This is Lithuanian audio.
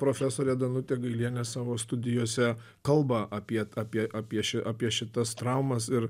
profesorė danutė gailienė savo studijose kalba apie apie apie ši apie šitas traumas ir